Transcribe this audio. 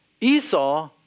Esau